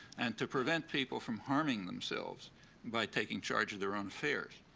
and to prevent people from harming themselves by taking charge of their own affairs,